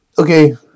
okay